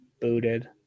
booted